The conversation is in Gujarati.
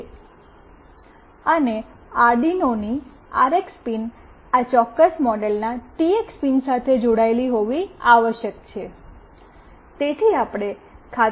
અને અરડિનોની આરએક્સ પિન આ ચોક્કસ મોડેલના ટીએક્સ પિન સાથે જોડાયેલ હોવી આવશ્યક છે